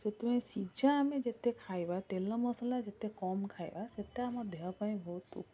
ସେଥିପାଇଁ ସିଝା ଆମେ ଯେତେ ଖାଇବା ତେଲମସଲା ଯେତେ କମ ଖାଇବା ସେତେ ଆମ ଦେହ ପାଇଁ ବହୁତ ଉପକାର